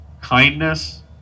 kindness